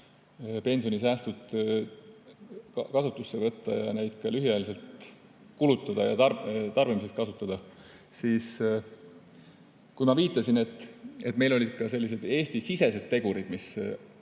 pensionisäästud kasutusse võtta ja neid ka lühiajaliselt kulutada ja tarbimises kasutada –, kui ma viitasin, et meil olid ka sellised Eesti-sisesed tegurid, mis